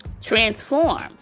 transform